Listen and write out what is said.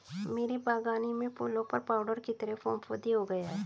मेरे बगानी में फूलों पर पाउडर की तरह फुफुदी हो गया हैं